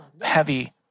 heavy